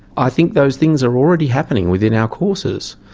i think those things are already happening within our courses.